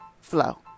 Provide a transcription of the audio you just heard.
flow